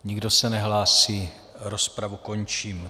Nikdo se nehlásí, rozpravu končím.